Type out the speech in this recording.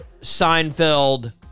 Seinfeld